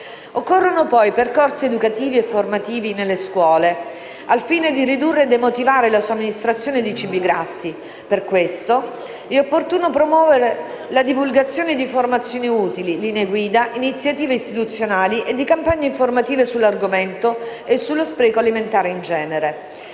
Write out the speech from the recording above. Occorrono, poi, percorsi educativi e formativi nelle scuole, al fine di ridurre e demotivare la somministrazione di cibi grassi. Per questo è opportuno promuovere la divulgazione di informazioni utili, linee guida, iniziative istituzionali e campagne informative sull'argomento e sullo spreco alimentare in genere.